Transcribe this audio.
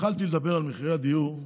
התחלתי לדבר על מחירי הדיור.